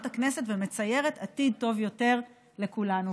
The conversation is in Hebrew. הכנסת ומייצרת עתיד טוב יותר לכולנו.